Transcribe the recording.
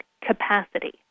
capacity